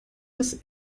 das